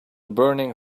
burning